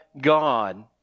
God